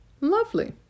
Lovely